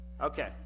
Okay